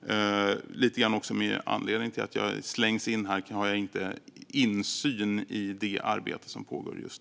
Eftersom jag har lite slängts in här har jag inte insyn i det arbetet.